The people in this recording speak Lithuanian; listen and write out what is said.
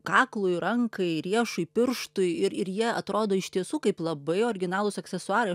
kaklui rankai riešui pirštui ir ir jie atrodo iš tiesų kaip labai originalūs aksesuarai